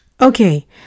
Okay